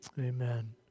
Amen